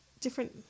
different